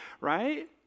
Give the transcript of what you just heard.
right